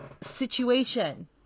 situation